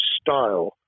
style